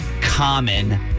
common